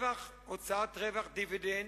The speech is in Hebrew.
הוצאת רווח דיבידנד,